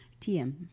TM